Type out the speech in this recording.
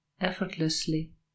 effortlessly